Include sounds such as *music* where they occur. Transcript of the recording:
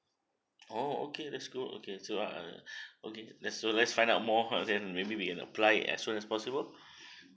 oh okay that's good okay so ah uh *breath* okay let's so let's find out more uh then maybe we can apply it as soon as possible